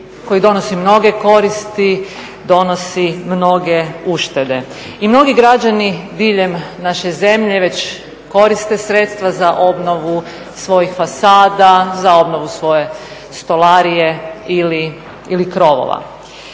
koji donosi mnoge koristi, donosi mnoge uštede. I mnogi građani diljem naše zemlje već koriste sredstva za obnovu svojih fasada, za obnovu svoje stolarije ili krovova.